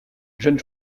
jeune